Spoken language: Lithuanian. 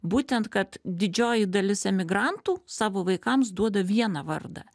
būtent kad didžioji dalis emigrantų savo vaikams duoda vieną vardą